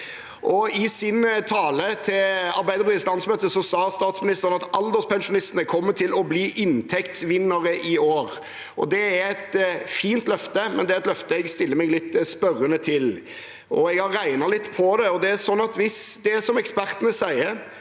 I sin tale til Arbeiderpartiets landsmøte sa statsministeren at alderspensjonistene kommer til å bli inntektsvinnere i år. Det er et fint løfte, men det er et løfte jeg stiller meg litt spørrende til. Jeg har regnet litt på det: Hvis det er som ekspertene sier,